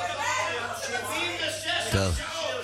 76 הרשעות.